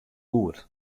goed